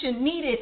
needed